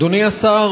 אדוני השר,